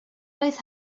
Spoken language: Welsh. blwydd